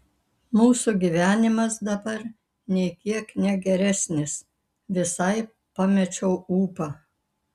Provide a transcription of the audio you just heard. mūsų gyvenimas dabar nei kiek ne geresnis visai pamečiau ūpą